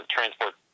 Transport